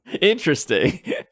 Interesting